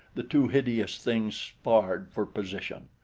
the two hideous things sparred for position.